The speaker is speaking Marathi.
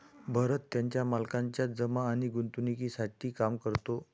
भरत त्याच्या मालकाच्या जमा आणि गुंतवणूकीसाठी काम करतो